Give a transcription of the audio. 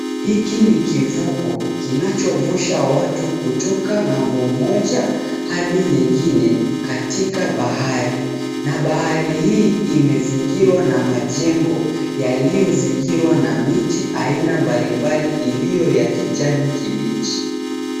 Hili ni kivuko kinachovusha watu kutoka ngambo moja hadi nyingine Katika bahari. Na bahari hii imezingirwa na majengo. yaliyozingirwa na miti ya aina mbali mbali. Iliyo ya kijani kibichi.